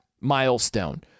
milestone